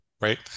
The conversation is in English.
right